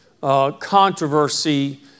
controversy